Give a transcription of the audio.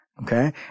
Okay